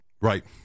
Right